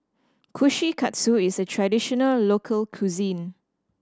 kushikatsu is a traditional local cuisine